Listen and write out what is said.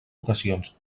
ocasions